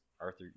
Arthur